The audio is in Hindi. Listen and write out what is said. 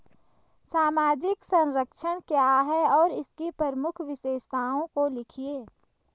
सामाजिक संरक्षण क्या है और इसकी प्रमुख विशेषताओं को लिखिए?